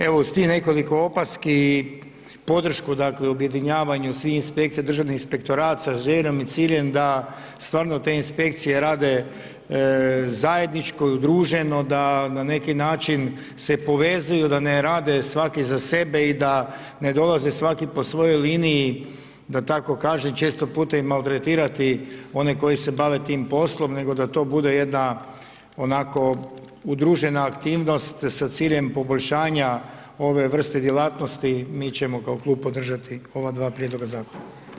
Evo s tim nekoliko opaski i podršku objedinjavanja svih inspekcija državnog inspektorat sa željom i ciljem da stvarno te inspekcije rade zajedničko i udruženo, da na neki način se povezuju, da ne rade svaki za sebe i da ne dolaze svaki po svojoj liniji da tako kažem, često puta ih maltretirati onih koji se bave tim poslom, nego da to bude jedna, onako udružena aktivnost, s cijelim poboljšanja ove vrste djelatnosti, mi ćemo kao klub podržati ova dva prijedloga zakona.